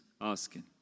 asking